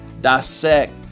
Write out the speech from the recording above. dissect